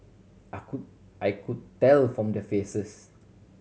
I could tell from their faces